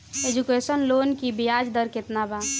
Education loan की ब्याज दर केतना बा?